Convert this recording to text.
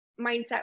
mindset